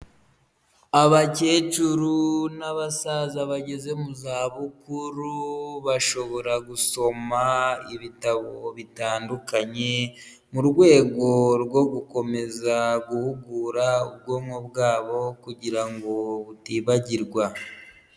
Abakecuru n'abasaza bageze mu za bukuru bashobora gusoma ibitabo bitandukanye mu rwego rwo gukomeza guhugura ubwonko bwabo kugirango butibagirwa.